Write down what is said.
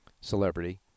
celebrity